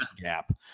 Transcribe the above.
gap